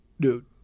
Dude